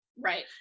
right